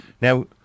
now